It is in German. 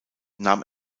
nahm